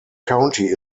county